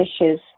issues